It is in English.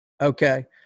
Okay